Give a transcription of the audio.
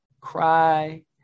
cry